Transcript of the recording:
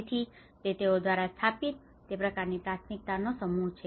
તેથી તે તેઓ દ્વારા સ્થાપીત તે પ્રકારની પ્રાથમિકતાનો સમૂહ છે